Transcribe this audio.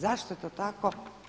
Zašto je to tako?